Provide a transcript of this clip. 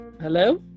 hello